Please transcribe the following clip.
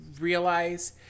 realize